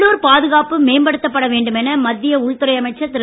உள்ளூர் பாதுகாப்பு மேம்படுத்தப்பட வேண்டும் என மத்திய உள்துறை அமைச்சர் திரு